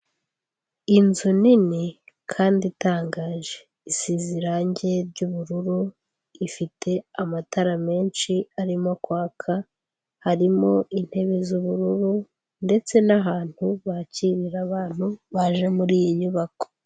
Inzu nini kandi itangaje, isize irangi ry'ubururu, ifite amatara menshi arimo kwaka, harimo intebe z'ubururu ndetse n'ahantu bakirira abantu baje muri iyi nyubako.